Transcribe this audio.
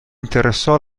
interessò